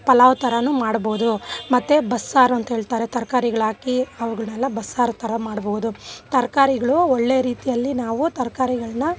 ಪಲಾವು ಥರವು ಮಾಡ್ಬೋದು ಮತ್ತೆ ಬಸ್ಸಾರು ಅಂಥೇಳ್ತಾರೆ ತರಕಾರಿಗಳಾಕಿ ಅವುಗಳ್ನೆಲ್ಲ ಬಸ್ಸಾರು ಥರ ಮಾಡ್ಬೋದು ತರ್ಕಾರಿಗಳು ಒಳ್ಳೆ ರೀತಿಯಲ್ಲಿ ನಾವು ತರ್ಕಾರಿಗಳನ್ನ